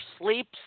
sleeps